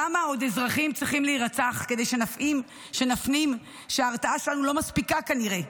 כמה עוד אזרחים צריכים להירצח כדי שנפנים שההרתעה שלנו לא מספיקה כנראה?